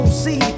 see